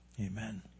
amen